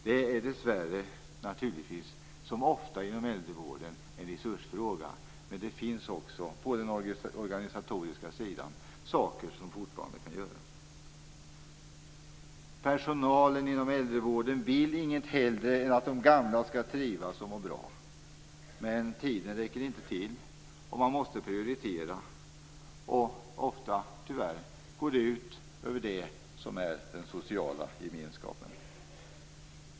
Det är dessvärre naturligtvis, som så ofta inom äldrevården, en resursfråga. Men det finns också på den organisatoriska sidan saker som man fortfarande kan göra. Personalen inom äldrevården vill inget hellre än att de gamla skall trivas och må bra. Men tiden räcker inte till, och man måste prioritera. Detta går tyvärr ofta ut över den sociala gemenskapen.